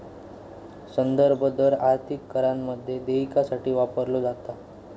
संदर्भ दर आर्थिक करारामध्ये देयकासाठी वापरलो जाता